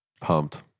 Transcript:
Pumped